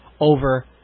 over